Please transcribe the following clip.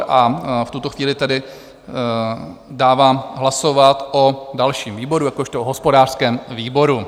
A v tuto chvíli tedy dávám hlasovat o dalším výboru jakožto hospodářském výboru.